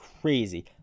crazy